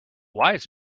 wise